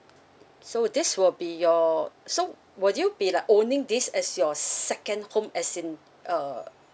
so this will be your so would you be like owning this as your second home as in uh